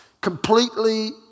completely